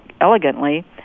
elegantly